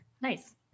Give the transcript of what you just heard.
nice